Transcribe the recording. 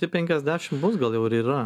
tai penkiasdešim bus gal jau ir yra